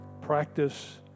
practice